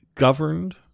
governed